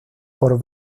por